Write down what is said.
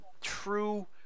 true